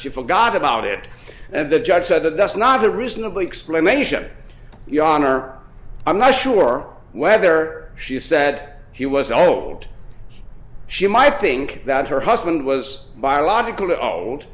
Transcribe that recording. she forgot about it and the judge said that that's not a reasonably explanation your honor i'm not sure whether she said he was old she might think that her husband was biological to ald